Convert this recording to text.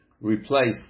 replace